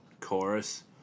chorus